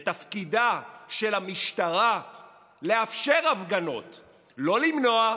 ותפקידה של המשטרה לאפשר הפגנות, לא למנוע,